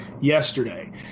yesterday